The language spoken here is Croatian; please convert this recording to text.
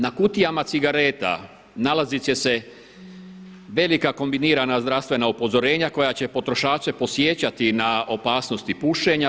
Na kutijama cigareta nalazit će se velika kombinirana zdravstvena upozorenja koja će potrošače podsjećati na opasnosti pušenja.